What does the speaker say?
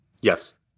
Yes